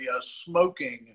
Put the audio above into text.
smoking